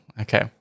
okay